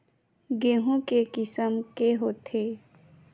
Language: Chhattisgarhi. गेहूं के किसम के होथे?